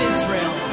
Israel